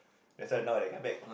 that's why now I like come back